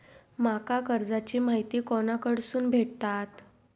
माका कर्जाची माहिती कोणाकडसून भेटात?